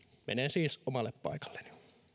menen siis omalle paikalleni